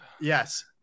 yes